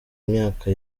myaka